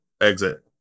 exit